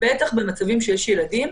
ובטח במצבים שיש ילדים,